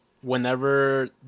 whenever